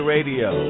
Radio